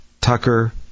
Tucker